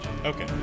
Okay